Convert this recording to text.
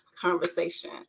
conversation